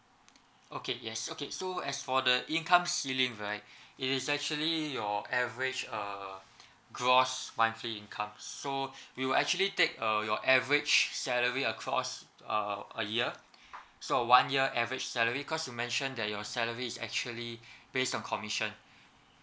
okay yes okay so as for the income ceiling right it is actually your average err gross monthly income so you will actually take uh your average salary across err a year so one year average salary cause you mention that your salary is actually based on commission